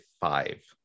five